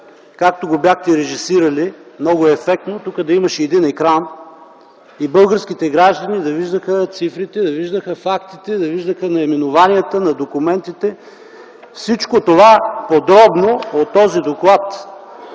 както го бяхте режисирали много ефектно, добре беше тук да имаше един екран и българските граждани да виждаха цифрите, да виждаха фактите, да виждаха наименованията на документите - всичко това подробно в този доклад.